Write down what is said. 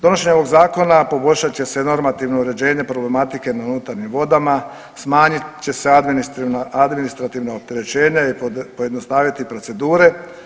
Donošenjem ovog Zakona poboljšat će se normativno uređenje problematike na unutarnjim vodama, smanjit će se administrativna opterećenja i pojednostaviti procedure.